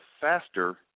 faster